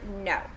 no